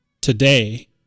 Today